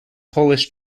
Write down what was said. polish